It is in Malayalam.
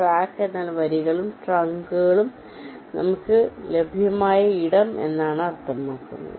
ട്രാക്ക് എന്നാൽ വരികളിലും ട്രങ്കുകളിലും നമുക്ക് ലഭ്യമായ ഇടം എന്നാണ് അർത്ഥമാക്കുന്നത്